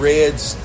Red's